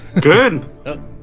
Good